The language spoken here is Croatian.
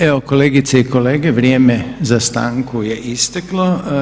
Evo kolegice i kolege, vrijeme za stanku je isteklo.